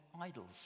idols